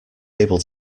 able